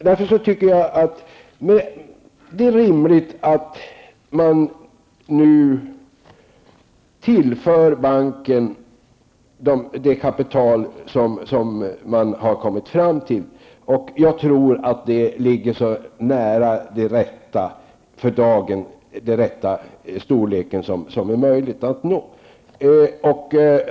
Därför anser jag det rimligt att tillföra banken det kapital som har föreslagits. Jag tror också att beloppets storlek såvitt kan bedömas är den rätta.